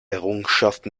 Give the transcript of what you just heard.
errungenschaft